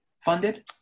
funded